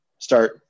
start